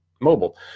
mobile